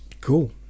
Cool